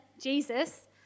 Jesus